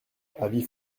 avis